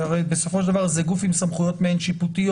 הרי בסופו של דבר זה גוף עם סמכויות מעין שיפוטיות,